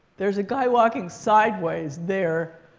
there's a guy walking sideways there.